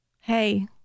hey